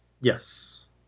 Yes